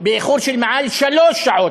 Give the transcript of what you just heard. באיחור של יותר משלוש שעות,